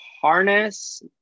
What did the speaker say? Harness